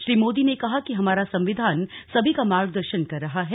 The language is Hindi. श्री मोदी ने कहा कि हमारा संविधान सभी का मार्गदर्शन कर रहा है